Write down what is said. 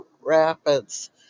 rapids